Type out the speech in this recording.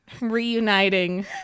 reuniting